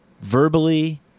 verbally